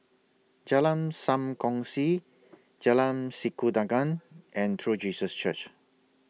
Jalan SAM Kongsi Jalan Sikudangan and True Jesus Church